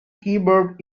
keyboard